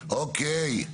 אוקיי.